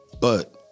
But-